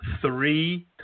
three